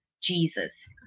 Jesus